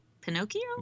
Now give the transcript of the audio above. Pinocchio